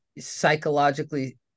psychologically